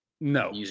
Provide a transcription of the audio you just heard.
No